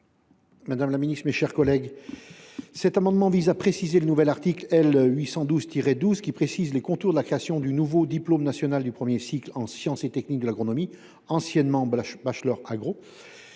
l’amendement n° 344 rectifié. Cet amendement vise à préciser le nouvel article L. 812 12, qui précise les contours de la création du nouveau diplôme national du premier cycle en sciences et techniques de l’agronomie, anciennement « bachelor agro